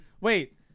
Wait